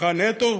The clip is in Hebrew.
"משפחה נטו".